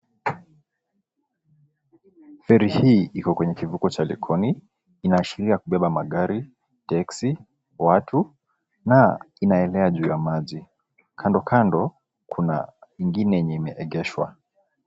Feri hii iko kwenye kivuko cha Likoni. Inaashiria kubeba magari, teksi, watu na inaenea juu ya maji. Kandokando, kuna ingine yenye imeegeshwa.